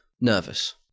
nervous